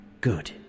Good